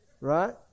Right